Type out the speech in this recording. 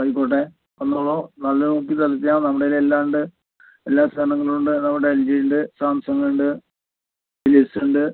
ആയിക്കോട്ടെ വന്നോളു നല്ലത് നോക്കി സെലക്ട് ചെയ്യാം നമ്മുടെ കയ്യിൽ എല്ലാം ഉണ്ട് എല്ലാ സാധനങ്ങളും ഉണ്ട് എൽ ജി യുണ്ട് സാംസങ്ങുണ്ട് പി എസൊണ്ട്